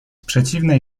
przeciwnej